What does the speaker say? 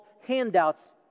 handouts